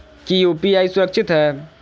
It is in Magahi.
की यू.पी.आई सुरक्षित है?